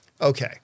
Okay